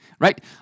right